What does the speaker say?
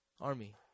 army